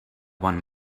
bon